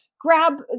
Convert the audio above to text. grab